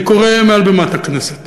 אני קורא מעל במת הכנסת